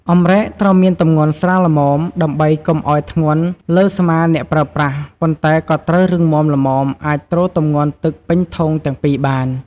អម្រែកត្រូវមានទម្ងន់ស្រាលល្មម ដើម្បីកុំឱ្យធ្ងន់លើស្មាអ្នកប្រើប្រាស់ ប៉ុន្តែក៏ត្រូវរឹងមាំល្មមអាចទ្រទម្ងន់ទឹកពេញធុងទាំងពីរបាន។